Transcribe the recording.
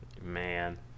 Man